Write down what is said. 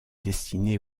destiné